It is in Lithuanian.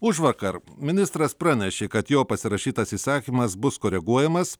užvakar ministras pranešė kad jo pasirašytas įsakymas bus koreguojamas